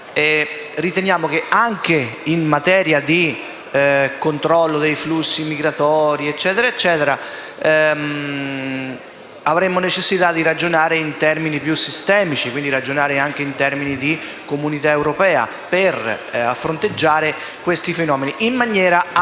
riteniamo che, anche in materia di controllo dei flussi migratori, avremmo la necessità di ragionare in termini più sistemici, quindi anche in termini di Comunità europea, per fronteggiare questi fenomeni in maniera